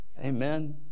amen